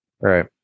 right